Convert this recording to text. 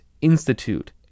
Institute